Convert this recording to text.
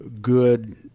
good